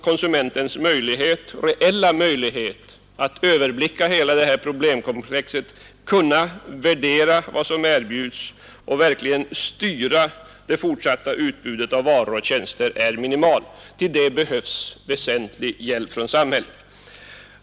Konsumentens reella möjligheter att överblicka hela problemkomplexet, värdera vad som erbjuds och verkligen styra det fortsatta utbudet av varor och tjänster är minimala. Till detta behövs väsentlig hjälp från samhället.